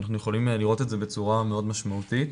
ואנחנו יכולים לראות את זה בצורה מאוד משמעותית.